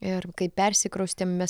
ir kai persikraustėm mes